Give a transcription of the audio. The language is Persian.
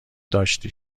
داشتی